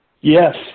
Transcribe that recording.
yes